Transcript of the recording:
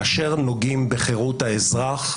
כאשר נוגעים בחירות האזרח,